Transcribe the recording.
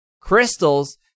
Crystals